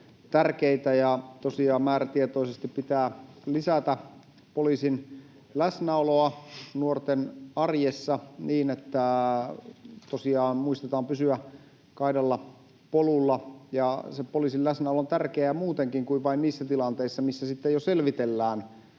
valtavan tärkeitä, ja tosiaan määrätietoisesti pitää lisätä poliisin läsnäoloa nuorten arjessa, niin että muistetaan pysyä kaidalla polulla. Poliisin läsnäolo on tärkeää muutenkin kuin vain niissä tilanteissa, missä sitten jo selvitellään